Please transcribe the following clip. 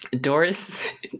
Doris